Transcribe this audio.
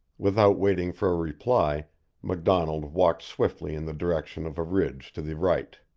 without waiting for a reply macdonald walked swiftly in the direction of a ridge to the right.